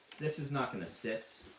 this is not going to sit,